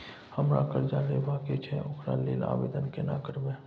हमरा कर्जा लेबा के छै ओकरा लेल आवेदन केना करबै?